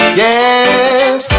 yes